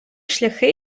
шляхи